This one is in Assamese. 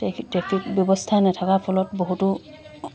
ট্ৰেফিক ব্যৱস্থা নথকাৰ ফলত বহুতো